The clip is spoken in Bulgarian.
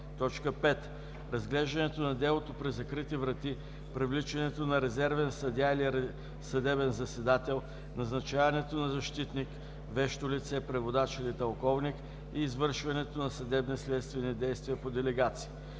5. разглеждането на делото при закрити врати, привличането на резервен съдия или съдебен заседател, назначаването на защитник, вещо лице, преводач или тълковник и извършването на съдебни следствени действия по делегация;